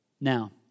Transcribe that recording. Now